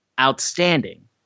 outstanding